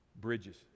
bridges